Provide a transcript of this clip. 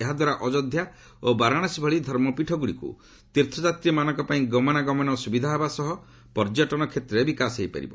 ଏହାଦ୍ୱାରା ଅଯୋଧ୍ୟା ଓ ବାରାଣାସୀ ଭଳି ଧର୍ମପୀଠଗୁଡ଼ିକୁ ତୀର୍ଥଯାତ୍ରୀମାନଙ୍କ ପାଇଁ ଗମନାଗମନ ସୁବିଧା ହେବାସ ସହ ପର୍ଯ୍ୟଟନ କ୍ଷେତ୍ରରେ ବିକାଶ ହୋଇପାରିବ